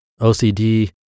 OCD